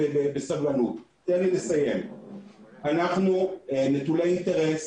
אנחנו נטולי אינטרס